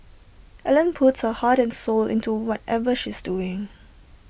Ellen puts her heart and soul into whatever she's doing